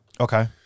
Okay